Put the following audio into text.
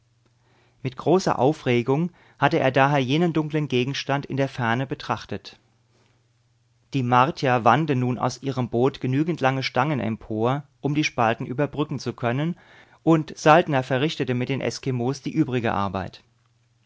mit großer aufregung hatte er daher jenen dunklen gegenstand in der ferne betrachtet die martier wanden nun aus ihrem boot genügend lange stangen empor um die spalten überbrücken zu können und saltner verrichtete mit den eskimos die übrige arbeit